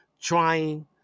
trying